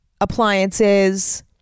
Appliances